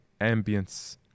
ambience